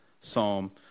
psalm